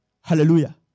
Hallelujah